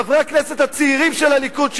חברי הכנסת הצעירים של הליכוד,